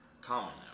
common